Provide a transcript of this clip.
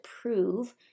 prove